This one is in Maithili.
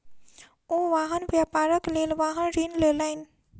ओ वाहन व्यापारक लेल वाहन ऋण लेलैन